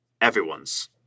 everyone's